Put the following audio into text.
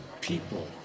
people